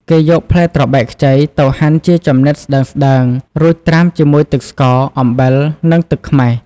គេយកផ្លែត្របែកខ្ចីទៅហាន់ជាចំណិតស្តើងៗ រួចត្រាំជាមួយទឹកស្ករ អំបិល និងទឹកខ្មេះ។